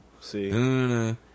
See